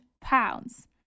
pounds